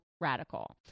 radical